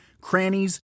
crannies